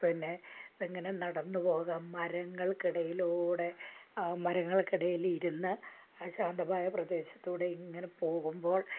പിന്നെ ഇങ്ങനെ നടന്നു പോകാം മരങ്ങൾക്ക് ഇടയിലൂടെ ആ മരങ്ങൾക്കിടയിൽ ഇരുന്ന് ആ ശാന്തമായ പ്രദേശത്ത് കൂടെ ഇങ്ങനെ പോകുമ്പോൾ